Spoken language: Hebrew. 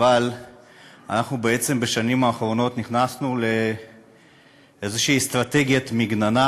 אבל אנחנו בעצם בשנים האחרונות נכנסנו לאיזו אסטרטגיית מגננה.